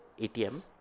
ATM